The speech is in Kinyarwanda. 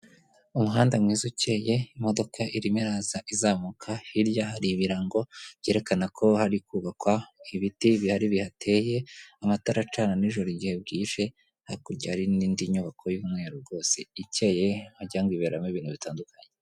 Umuhanda mwiza ukeye, imodoka irimo iraza izamuka, hirya hari ibirango byerekana ko hari kubakwa, ibiti bihari bihateye, amatara acana nijoro igihe bwije, hakurya hari n'indi nyubako y'umweru rwose ikeye wagira ngo iberamo ibintu bitandukanye.